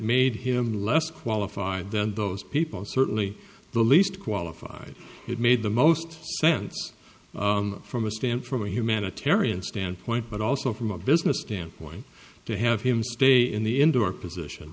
made him less qualified than those people certainly the least qualified it made the most sense from a stamp from a humanitarian standpoint but also from a business standpoint to have him stay in the indoor position